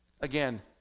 again